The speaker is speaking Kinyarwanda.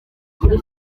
kuri